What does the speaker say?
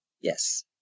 Yes